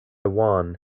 wan